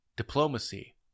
diplomacy